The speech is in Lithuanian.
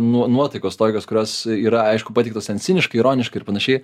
nuo nuotaikos tokios kurios yra aišku pateiktos ten ciniškai ironiškai ir panašiai